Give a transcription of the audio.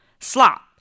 Slop